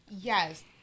Yes